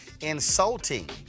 insulting